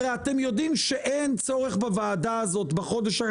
הרי אתם יודעים שאין צורך בוועדה הזאת בחודש הקרוב.